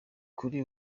kuri